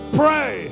pray